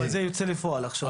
אבל זה יוצא לפועל עכשיו.